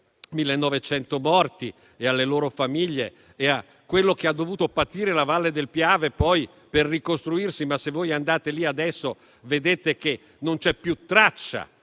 1.900 morti, alle loro famiglie e a quello che ha dovuto patire la valle del Piave per ricostruirsi. Se voi andate lì adesso, vedete che non c'è più traccia